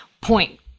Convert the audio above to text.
point